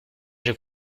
j’ai